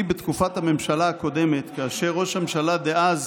אני בתקופת הממשלה הקודמת, כאשר ראש הממשלה דאז